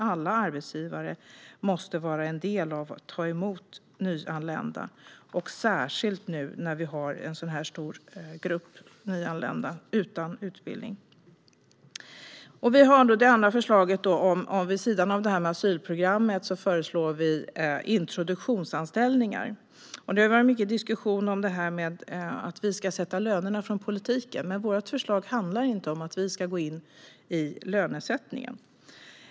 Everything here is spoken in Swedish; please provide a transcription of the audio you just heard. Alla arbetsgivare måste vara en del av mottagandet av nyanlända, särskilt nu när vi har en sådan stor grupp nyanlända utan utbildning. Vårt andra förslag, vid sidan av asylprogrammet, är introduktionsanställningar. Det har varit mycket diskussion om att vi från politiken sätter lönerna. Men vårt förslag handlar inte om att vi politiker ska gå in i lönesättningen.